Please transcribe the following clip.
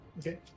Okay